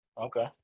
Okay